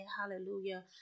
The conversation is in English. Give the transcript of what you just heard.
Hallelujah